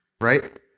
right